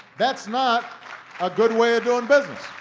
that's not a good way of doing business.